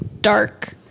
dark